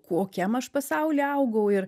kokiam aš pasauly augau ir